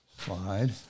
slide